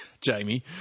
Jamie